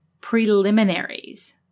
Preliminaries